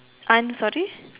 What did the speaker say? I'm sorry